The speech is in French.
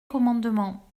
commandements